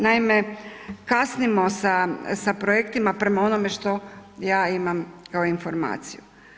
Naime, kasnimo sa projektima prema onome što ja imam kao informaciju.